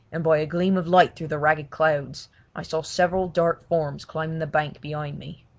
and by a gleam of light through the ragged clouds i saw several dark forms climbing the bank behind me.